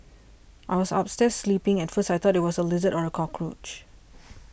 I was upstairs sleeping at first I thought it was a lizard or a cockroach